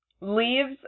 leaves